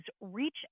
reach